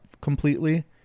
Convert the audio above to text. completely